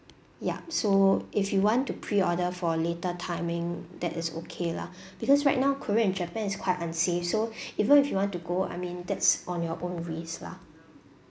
yup so if you want to pre order for later timing that is okay lah because right now korea and japan is quite unsafe so even if you want to go I mean that's on your own risk lah